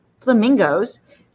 flamingos